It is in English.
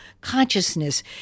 consciousness